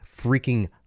freaking